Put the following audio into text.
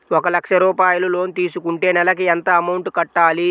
ఒక లక్ష రూపాయిలు లోన్ తీసుకుంటే నెలకి ఎంత అమౌంట్ కట్టాలి?